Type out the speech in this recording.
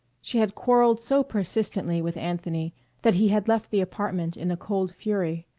she had quarrelled so persistently with anthony that he had left the apartment in a cold fury.